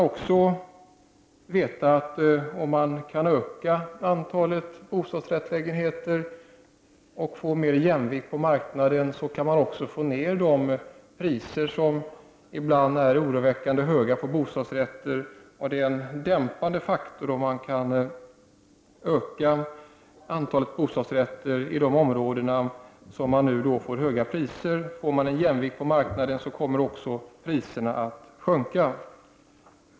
Om man ökar antalet bostadsrättslägenheter och på så sätt får mer jämvikt på marknaden kan man också få ned priserna på bostadsrätter, vilka ibland är oroväckande höga. En ökning av antalet bostadsrätter i de områden som nu har höga priser skulle verka som en dämpande faktor, och en jämvikt på marknaden kommer att medföra att priserna sjunker.